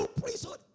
priesthood